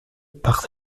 par